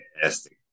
fantastic